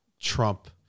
Trump